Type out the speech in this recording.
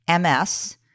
ms